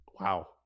wow